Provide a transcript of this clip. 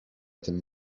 tym